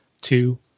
two